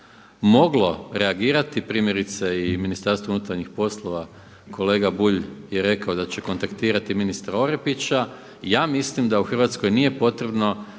moglo reagirati primjerice i Ministarstvo unutarnjih poslova, kolega Bulj je rekao da će kontaktirati ministra Orepića. Ja mislim da u Hrvatskoj nije potrebno